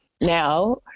now